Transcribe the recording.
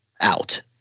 out